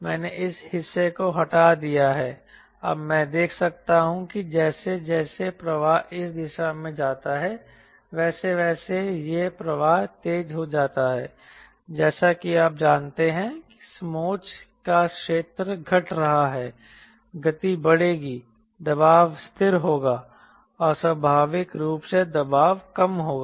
मैंने इस हिस्से को हटा दिया है अब मैं देख सकता हूं कि जैसे जैसे प्रवाह इस दिशा में जाता है वैसे वैसे यह प्रवाह तेज हो जाता है जैसा कि आप जानते हैं कि समोच्च का क्षेत्र घट रहा है गति बढ़ेगी दबाव स्थिर होगा और स्वाभाविक रूप से दबाव कम होगा